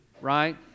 right